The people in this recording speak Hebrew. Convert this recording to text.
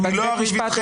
אני לא אריב איתכם,